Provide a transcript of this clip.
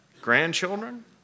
Grandchildren